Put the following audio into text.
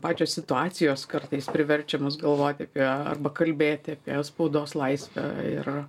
pačios situacijos kartais priverčia mus galvot apie arba kalbėti apie spaudos laisvę ir